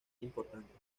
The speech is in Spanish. importantes